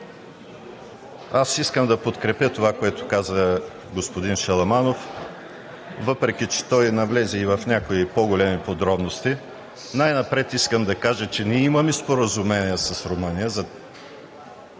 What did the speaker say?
Аз искам да подкрепя това, което каза господин Шаламанов, въпреки че той навлезе в някои по-големи подробности. Най-напред искам да кажа, че ние имаме споразумение с Румъния